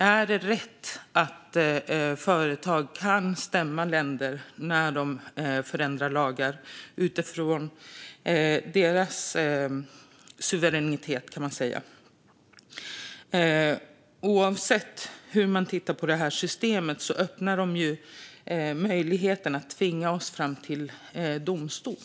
Är det rätt att företag kan stämma länder när de förändrar lagar utifrån deras suveränitet? Oavsett hur man tittar på det här systemet öppnar det möjligheten att tvinga oss fram till domstol.